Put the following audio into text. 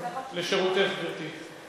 לשירותך, גברתי.